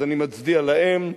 אז אני מצדיע להן,